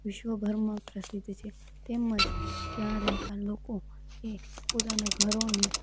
વિશ્વભરમાં પ્રસિદ્ધ છે તેમજ ત્યાં રહેતા લોકો એ પોતાના ઘરોને